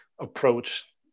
approach